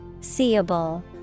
Seeable